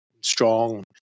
strong